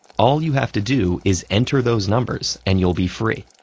all you have to do is enter those numbers and you'll be free.